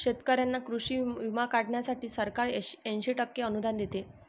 शेतकऱ्यांना कृषी विमा काढण्यासाठी सरकार ऐंशी टक्के अनुदान देते